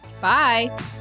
Bye